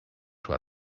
suo